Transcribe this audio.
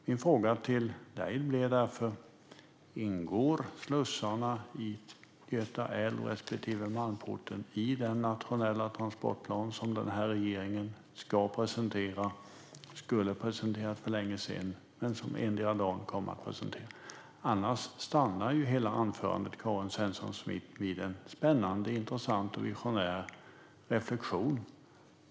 Min fråga till dig, Karin Svensson Smith, blir därför: Ingår slussarna i Göta älv respektive Malmporten i den nationella transportplan som regeringen ska presentera? Den skulle ha presenterats för länge sedan men kommer endera dagen. Annars förblir hela Karin Svensson Smiths anförande bara en spännande, intressant och visionär reflektion.